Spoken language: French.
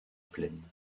plaine